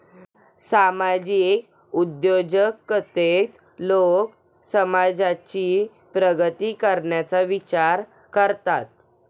सामाजिक उद्योजकतेत लोक समाजाची प्रगती करण्याचा विचार करतात